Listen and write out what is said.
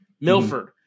Milford